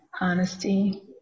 honesty